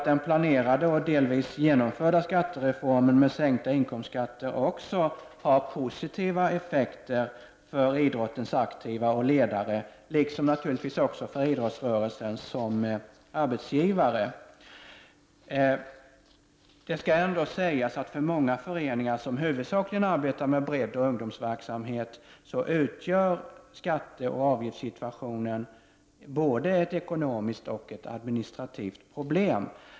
Den planerade och delvis genomförda skattereformen med sänkta inkomstskatter har också positiva effekter för idrottens aktiva och ledare, liksom naturligtvis också för idrottsrörelsen som arbetsgivare. Det skall ändå sägas att för många föreningar som huvudsakligen arbetar med breddidrott och ungdomsverksamhet utgör skatteoch avgiftssituationen både ett ekonomiskt och ett administrativt problem.